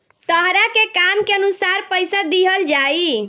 तहरा के काम के अनुसार पइसा दिहल जाइ